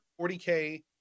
40k